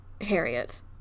Harriet